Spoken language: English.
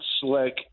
slick